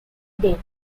did